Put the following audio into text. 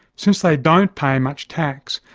since they don't pay much tax,